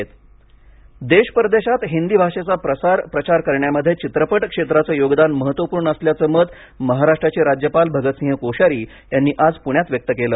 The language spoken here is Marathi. महाराष्ट्र राज्यपाल एफटीआयआय देश परदेशात हिंदी भाषेचा प्रसार प्रचार करण्यामध्ये चित्रपट क्षेत्राचं योगदान महत्त्वपूर्ण असल्याचं मत महाराष्ट्राचे राज्यपाल भगतसिंह कोश्यारी यांनी आज पुण्यात व्यक्त केलं